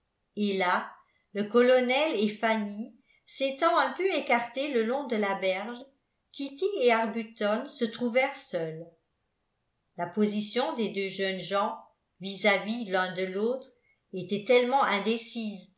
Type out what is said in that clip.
et là le colonel et fanny s'étant un peu écartés le long de la berge kitty et arbuton se trouvèrent seuls la position des deux jeunes gens vis-à-vis l'un de l'autre était tellement indécise